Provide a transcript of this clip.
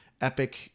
epic